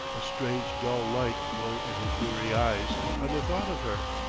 a strange dull light glowed in his weary eyes, on the thought of her.